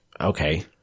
okay